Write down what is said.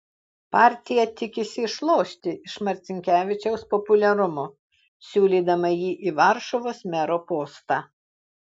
partija tikisi išlošti iš marcinkevičiaus populiarumo siūlydama jį į varšuvos mero postą